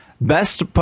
best